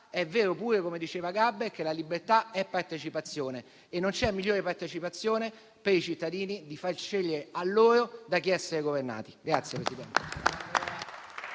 è vero pure, come diceva Gaber, che la libertà è partecipazione, e non c'è migliore partecipazione per i cittadini di far scegliere loro da chi essere governati.